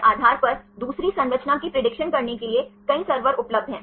तो आप समीकरण प्राप्त कर सकते हैं